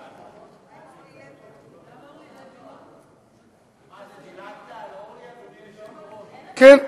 מה זה, דילגת, כן.